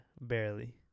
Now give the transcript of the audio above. barely